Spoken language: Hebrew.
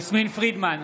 יסמין פרידמן,